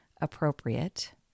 appropriate